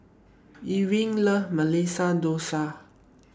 Irving loves Masala Dosa